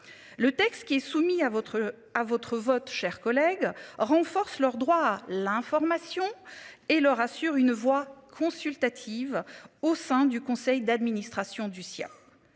Le texte qui est soumis à votre, à votre votre cher collègue renforcent leurs droits. L'information et leur assure une voix consultative au sein du conseil d'administration du sien.